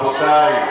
לענות, רבותי.